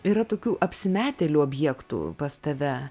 yra tokių apsimetėlių objektų pas tave